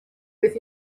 beth